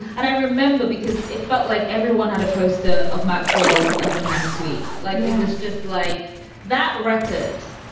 and i remember because it felt like everyone had a poster of maxwell's urban hang suite like this, just like that record.